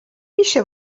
میشه